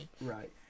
Right